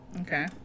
Okay